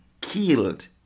killed